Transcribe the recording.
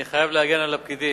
אני חייב להגן על הפקידים.